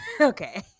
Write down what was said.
Okay